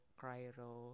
cryo